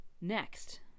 next